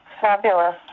Fabulous